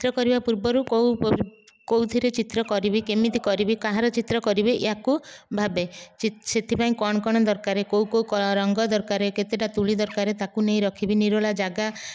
ଚିତ୍ର କରିବା ପୂର୍ବରୁ କେଉଁ କେଉଁଥିରେ ଚିତ୍ର କରିବି କେମିତି କରିବି କାହାର ଚିତ୍ର କରିବି ଏହାକୁ ଭାବେ ସେଥିପାଇଁ କ'ଣ କ'ଣ ଦରକାର କେଉଁ କେଉଁ ରଙ୍ଗ ଦରକାର କେତେଟା ତୂଳୀ ଦରକାର ତାକୁ ନେଇ ରଖିବି ନିରୋଳା ଜାଗା